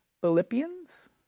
Philippians